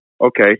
okay